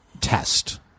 test